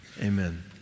amen